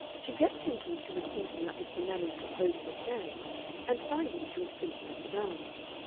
she kept thinking she was thinking about mr. manning's proposal of marriage and finding she was thinking of the dance.